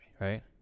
right